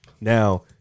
Now-